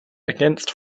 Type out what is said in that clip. against